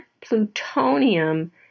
plutonium